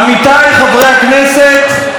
עמיתיי חברי הכנסת,